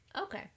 Okay